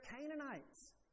Canaanites